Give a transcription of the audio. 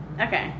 Okay